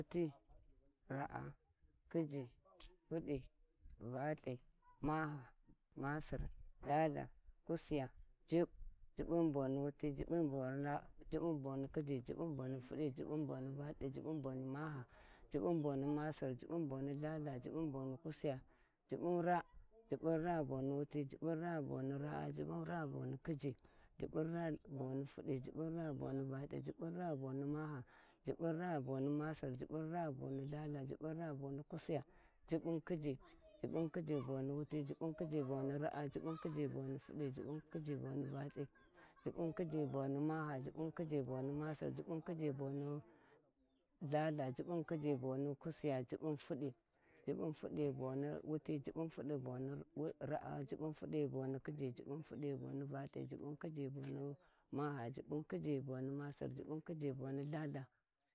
Wuti ra a khiji tudi valthi maha masir lthaltha kusiya jibb, jibbun boni wuti, jibbiu boni raa jibbun boni khiyi jibbun boni fudi jibbun bor valthi jibbun boni maha jibbun boni masir jubbun boni lhaltha jibbun bon kusiya jibbun raa jibbun raa ghi boni wuti jibbun raa ghi boni raa jibbun raa ghi boni khiyi jibbun raa ghi bon fudi jibbun raa ghi boni valthi jibbun raa ghi boni maha jibbun raa boni masir jibbun rag hi boni lthaltha jibbun khinyi, jibbun khiji ghi boni wuti, jibbun khiji ghi boni raa, jibbun khiji ghi bn fudi, jibbun khiji ghi bon valth, jibbun khiji ghi boni maha, jibbun khiji boni masir, jibbun khiji ghi boni lthaltha, jibbun khiji ghi kusiya jibbun tudi jibbun fudi ghi boni wuti jibbun fudi hi bonraa jibbun fudi ghi boni khaji jib fudi hi bon fudi jubbun fudi bon valha, jibbun fudi ghi boni masir, jibbun fudi ghi boni lthaltha.